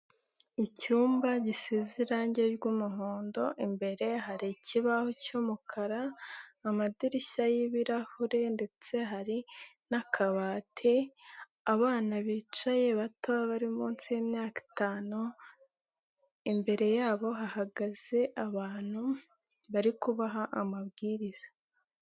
Icyumba gisize irange ry'umuhondo, imbere hari ikibaho cy'umukara, amadirishya y'ibirahure ndetse hari n'akabati, abana bicaye bato bari munsi y'imyaka itanu, imbere yabo hahagaze abantu barikubaha amabwiriza.